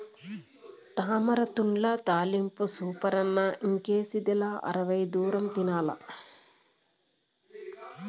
తామరతూడ్ల తాలింపు సూపరన్న ఇంకేసిదిలా అరవై దూరం తినాల్ల